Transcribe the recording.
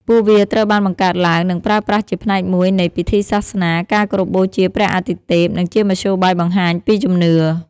ពួកវាត្រូវបានបង្កើតឡើង និងប្រើប្រាស់ជាផ្នែកមួយនៃ ពិធីសាសនា ការគោរពបូជាព្រះអាទិទេព និងជាមធ្យោបាយបង្ហាញពីជំនឿ។